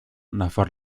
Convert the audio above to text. nafar